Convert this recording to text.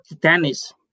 tennis